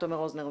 תומר רוזנר.